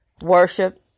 Worship